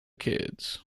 kids